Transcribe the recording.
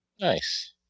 nice